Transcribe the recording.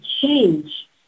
change